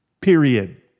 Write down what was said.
Period